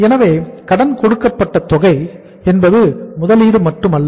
எனவே கடன் கொடுக்கப்பட்ட தொகை என்பது முதலீடு மட்டுமல்ல